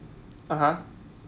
(uh huh)